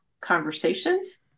conversations